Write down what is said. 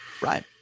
Right